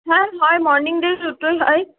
হ্যাঁ হয় morning day দুটোই হয়